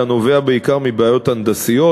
אלא נובע בעיקר מבעיות הנדסיות,